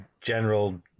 general